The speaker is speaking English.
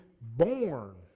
born